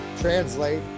translate